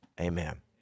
Amen